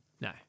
no